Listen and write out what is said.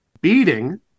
beating